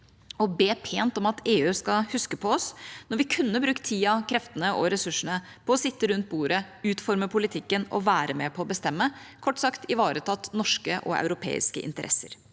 og be pent om at EU skal huske på oss, når vi kunne brukt tida, kreftene og ressursene på å sitte rundt bordet, utforme politikken og være med på å bestemme – kort sagt ivareta norske og europeiske interesser.